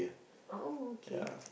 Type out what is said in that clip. oh okay